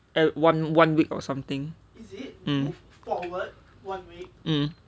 at one one week or something um um